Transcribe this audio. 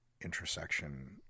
intersection